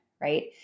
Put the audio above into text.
right